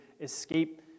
escape